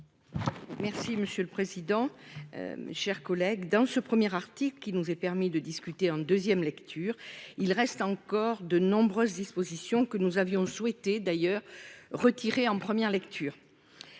Merci monsieur le président. Chers collègues dans ce premier article qui nous est permis de discuter en 2ème lecture. Il reste encore de nombreuses dispositions que nous avions souhaité d'ailleurs retiré en première lecture.